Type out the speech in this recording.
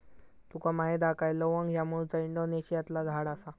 तुका माहीत हा काय लवंग ह्या मूळचा इंडोनेशियातला झाड आसा